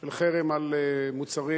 של חרם על מוצרים.